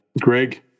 Greg